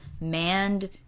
manned